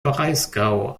breisgau